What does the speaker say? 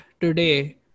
today